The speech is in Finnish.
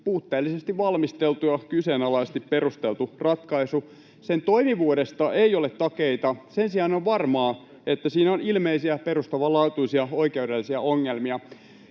puutteellisesti valmisteltu ja kyseenalaisesti perusteltu ratkaisu. Sen toimivuudesta ei ole takeita. Sen sijaan on varmaa, että siinä on ilmeisiä perustavanlaatuisia oikeudellisia ongelmia.